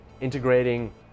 integrating